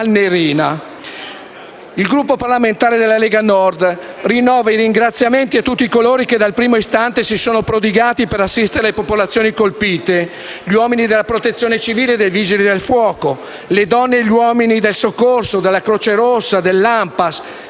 Il Gruppo parlamentare della Lega Nord rinnova i ringraziamenti a tutti coloro che dal primo istante si sono prodigati per assistere le popolazioni colpite: gli uomini della Protezione civile e dei Vigili del fuoco, le donne e gli uomini del soccorso della Croce Rossa italiana